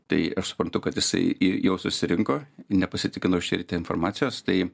tai aš suprantu kad jisai jau susirinko nepasitikrinau šį rytą informacijos tai